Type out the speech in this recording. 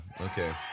okay